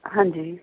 ਹਾਂਜੀ ਜੀ